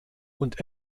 und